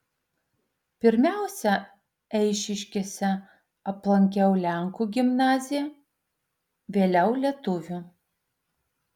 pirmiausia eišiškėse aplankiau lenkų gimnaziją vėliau lietuvių